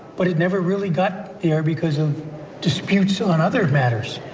but it never really got there because of disputes on other matters.